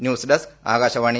news desk Akashvani